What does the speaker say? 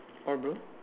what bro